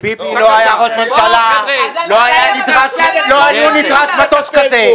אם ביבי לא היה ראש ממשלה לא היה נדרש מטוס כזה.